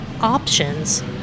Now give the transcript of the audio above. options